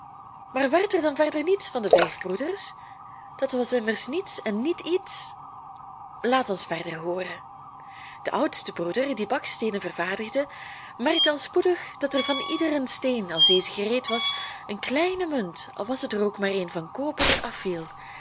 maar werd er dan verder niets van de vijf broeders dat was immers niets en niet iets laat ons verder hooren de oudste broeder die baksteenen vervaardigde merkte al spoedig dat er van iederen steen als deze gereed was een kleine munt al was het er ook maar een van koper afviel